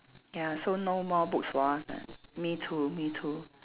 ya so no more books for us ah me too me too